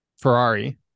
Ferrari